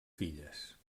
filles